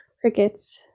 crickets